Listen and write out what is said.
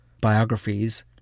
biographies